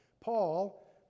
Paul